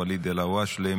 ואליד אלהואשלה,